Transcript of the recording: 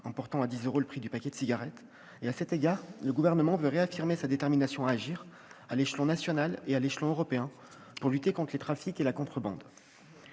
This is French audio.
en portant à dix euros le prix du paquet de cigarettes. À cet égard, le Gouvernement veut réaffirmer sa détermination à agir, à l'échelon national comme à l'échelon européen, pour lutter contre les trafics et la contrebande.